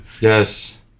Yes